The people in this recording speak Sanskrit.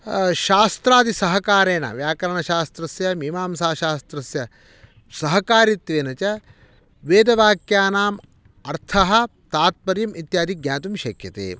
शास्त्रादि सहकारेण व्याकरणशास्त्रस्य मीमांसाशास्त्रस्य सहकारित्वेन च वेदवाक्यानाम् अर्थः तात्पर्यम् इत्यादि ज्ञातुं शक्यते